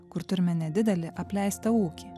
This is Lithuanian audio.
kur turime nedidelį apleistą ūkį